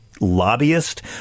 lobbyist